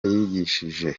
yigishije